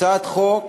הצעת חוק